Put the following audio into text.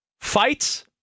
Fights